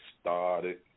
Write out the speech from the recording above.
started